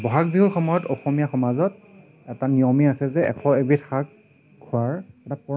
ব'হাগ বিহুৰ সময়ত অসমীয়া সমাজত এটা নিয়মেই আছে যে এশ এবিধ শাক খোৱাৰ এটা পৰম্পৰা আছে